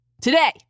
today